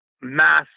mass